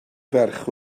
ferch